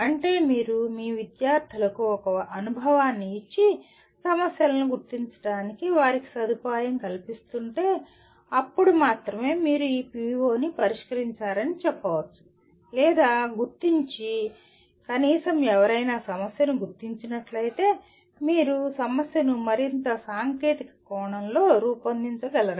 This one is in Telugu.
అంటే మీరు మీ విద్యార్థులకు ఒక అనుభవాన్ని ఇచ్చి సమస్యలను గుర్తించడానికి వారికి సదుపాయం కల్పిస్తుంటే అప్పుడు మాత్రమే మీరు ఈ PO ని పరిష్కరించారని చెప్పవచ్చు లేదా గుర్తించి లేదా కనీసం ఎవరైనా సమస్యను గుర్తించినట్లయితే మీరు సమస్యను మరింత సాంకేతిక కోణంలో రూపొందించగలరా